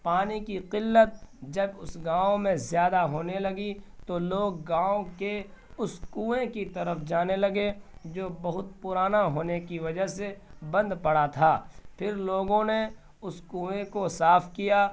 پانی کی قلت جب اس گاؤں میں زیادہ ہونے لگی تو لوگ گاؤں کے اس کنویں کی طرف جانے لگے جو بہت پرانا ہونے کی وجہ سے بند پڑا تھا پھر لوگوں نے اس کنویں کو صاف کیا